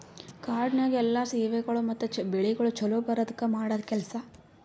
ಕಾಡನ್ಯಾಗ ಎಲ್ಲಾ ಸೇವೆಗೊಳ್ ಮತ್ತ ಬೆಳಿಗೊಳ್ ಛಲೋ ಬರದ್ಕ ಮಾಡದ್ ಕೆಲಸ